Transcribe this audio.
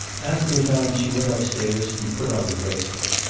after a time she went upstairs and put on the bracelet.